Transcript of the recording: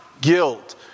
guilt